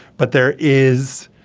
but there is